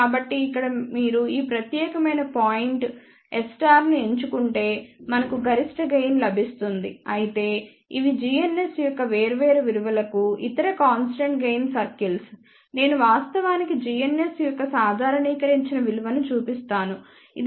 కాబట్టి ఇక్కడ మీరు ఈ ప్రత్యేకమైన పాయింట్ S ను ఎంచుకుంటే మనకు గరిష్ట గెయిన్ లభిస్తుంది అయితే ఇవి gns యొక్క వేర్వేరు విలువలకు ఇతర కాన్స్టెంట్ గెయిన్ సర్కిల్స్ నేను వాస్తవానికి gns యొక్క సాధారణీకరించిన విలువను చూపిస్తున్నాను ఇది 0